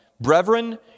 Brethren